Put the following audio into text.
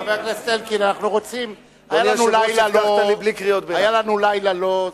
חבר הכנסת אלקין, אנחנו רוצים, היה לנו לילה לא,